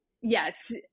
Yes